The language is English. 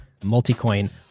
Multicoin